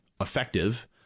effective